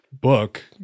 book